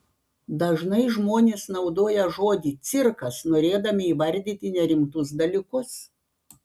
dažnai žmonės naudoja žodį cirkas norėdami įvardyti nerimtus dalykus